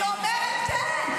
היא אומרת כן.